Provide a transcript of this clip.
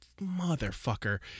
motherfucker